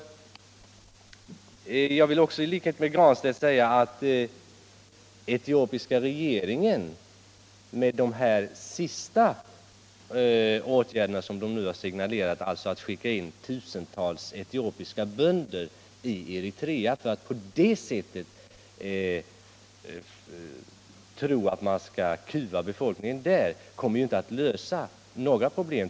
Jag vill också i likhet med herr Granstedt säga att den senaste åtgärd som etiopiska regeringen signalerat, nämligen att skicka in tusentals etiopiska bönder i Eritrea för att på det sättet försöka kuva befolkningen där, ju inte kommer att lösa några problem.